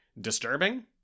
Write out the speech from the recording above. disturbing